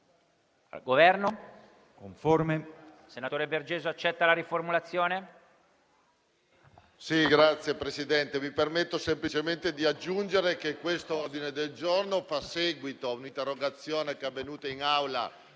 la accetto. Mi permetto semplicemente di aggiungere che questo ordine del giorno fa seguito a un'interrogazione, svolta in Aula,